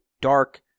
dark